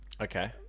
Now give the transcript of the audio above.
Okay